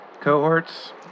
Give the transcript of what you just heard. Cohorts